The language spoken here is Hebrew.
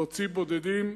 להוציא בודדים.